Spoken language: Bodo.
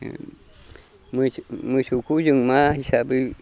मोसौखौ जों मा हिसाबै